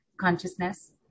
consciousness